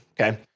okay